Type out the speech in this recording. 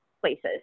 places